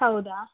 ಹೌದಾ